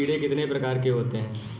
कीड़े कितने प्रकार के होते हैं?